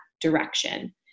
direction